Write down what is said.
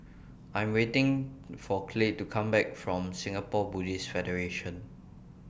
I Am waiting For Clay to Come Back from Singapore Buddhist Federation